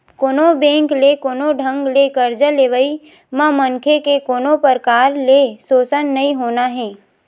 कोनो बेंक ले कोनो ढंग ले करजा लेवई म मनखे के कोनो परकार ले सोसन नइ होना हे